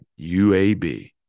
UAB